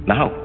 Now